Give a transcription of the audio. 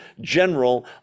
general